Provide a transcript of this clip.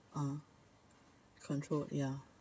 ah control ya